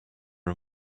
are